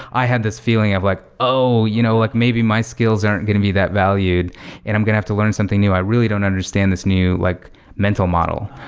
i had this feeling of like, oh! you know like maybe my skills aren't going to be that valued and i'm going to have to learn something new. i really don't understand this new like mental model.